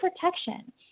protection